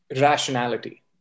rationality